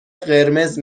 قرمز